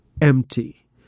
empty